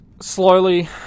slowly